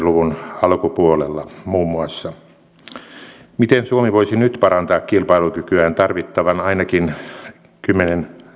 luvun alkupuolella miten suomi voisi nyt parantaa kilpailukykyään ainakin tarvittavat kymmenen